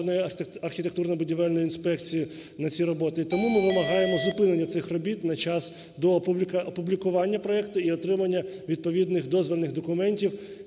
Державної архітектурно-будівельної інспекції на ці роботи, і тому ми вимагаємо зупинення цих робіт на час до опублікування проекту і отримання відповідних дозвільних документів